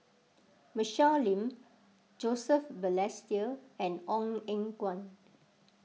Michelle Lim Joseph Balestier and Ong Eng Guan